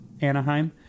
Anaheim